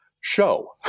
show